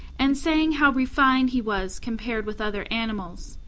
and saying how refined he was compared with other animals.